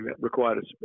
required